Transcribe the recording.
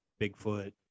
bigfoot